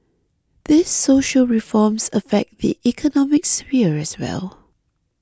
these social reforms affect the economic sphere as well